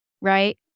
right